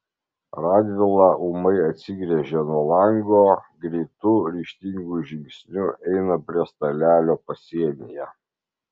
radvila ūmai atsigręžia nuo lango greitu ryžtingu žingsniu eina prie stalelio pasienyje